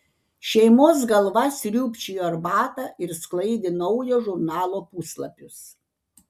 šeimos galva sriūbčiojo arbatą ir sklaidė naujo žurnalo puslapius